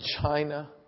China